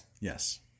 yes